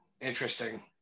Interesting